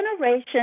generation